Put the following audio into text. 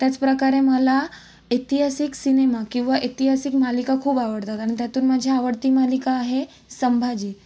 त्याचप्रकारे मला ऐतिहासीक सिनेमा किंवा ऐतिहासिक मालिका खूप आवडतात आणि त्यातून माझी आवडती मालिका आहे संभाजी